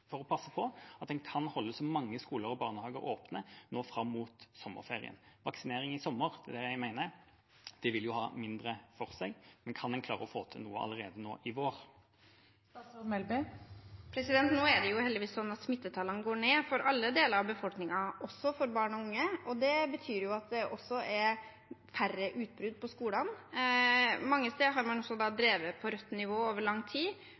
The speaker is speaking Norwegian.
en kan holde så mange skoler og barnehager som mulig åpne fram mot sommerferien. Vaksinering i sommer vil ha mindre for seg, det er det jeg mener. Men kan en klare å få til noe allerede nå i vår? Nå er det heldigvis sånn at smittetallene går ned for alle deler av befolkningen, også for barn og unge. Det betyr at det også er færre utbrudd på skolene. Mange steder har man også drevet på rødt nivå over lang tid.